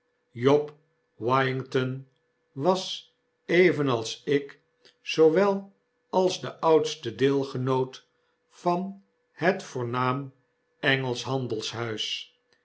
job wiginton was evenals ik zoowel als de oudste deelgenoot van het voornaam